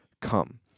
come